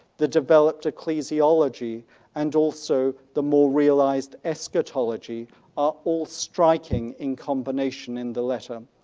the developed ecclesiology and also the more realized eschatology are all striking in combination in the letter.